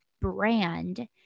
brand